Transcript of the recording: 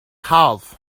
half